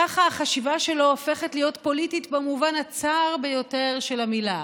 ככה החשיבה שלו הופכת להיות פוליטית במובן הצר ביותר של המילה,